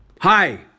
Hi